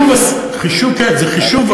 כן, זה חישוב.